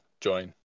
join